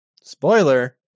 Spoiler